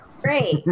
Great